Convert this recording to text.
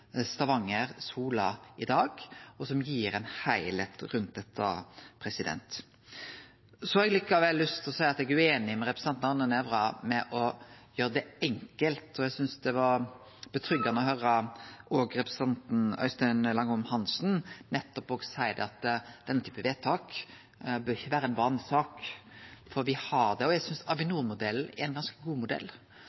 i Stavanger/Sola i dag, og som gir ein heilskap rundt dette. Så har eg likevel lyst til å seie at eg er ueinig med representanten Arne Nævra i å gjere det enkelt, og eg synest det var trygt å høyre òg representanten Øystein Langholm Hansen nettopp seie at enkle vedtak ikkje bør vere ei vanesak, for me har det, og eg synest